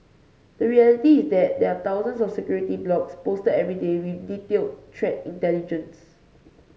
the reality is that there are thousands of security blogs posted every day with detailed threat intelligence